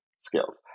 skills